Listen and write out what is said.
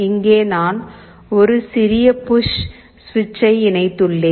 இங்கே நான் ஒரு சிறிய புஷ் சுவிட்சை இணைத்துள்ளேன்